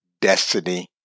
destiny